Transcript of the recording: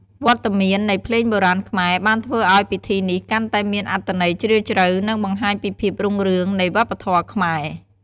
វត្តមាននៃភ្លេងបុរាណខ្មែរបានធ្វើឲ្យពិធីនេះកាន់តែមានអត្ថន័យជ្រាលជ្រៅ និងបង្ហាញពីភាពរុងរឿងនៃវប្បធម៌ខ្មែរ។